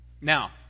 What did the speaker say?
Now